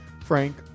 Frank